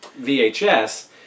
VHS